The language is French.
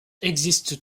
existe